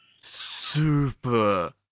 super